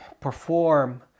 perform